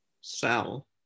sell